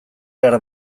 behar